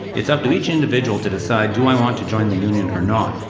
it's up to each individual to decide do i want to join the union or not?